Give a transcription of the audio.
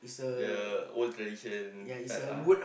the old tradition type ah